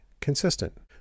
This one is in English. consistent